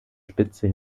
spitze